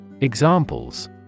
Examples